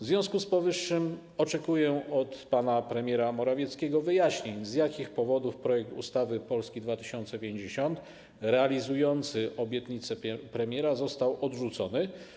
W związku z powyższym oczekuję od pana premiera Morawieckiego wyjaśnień, z jakich powód projekt ustawy Polski 2050, realizujący obietnicę premiera, został odrzucony.